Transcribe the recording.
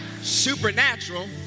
supernatural